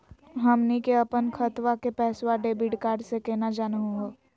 हमनी के अपन खतवा के पैसवा डेबिट कार्ड से केना जानहु हो?